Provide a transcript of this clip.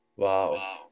Wow